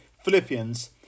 philippians